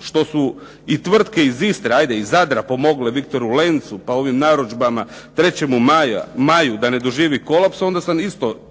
što su i tvrtke iz Istre, ali iz Zadra, pomogle "Viktoru Lencu" pa ovim narudžbama "Trećega maja" da ne doživi kolaps, onda sam isto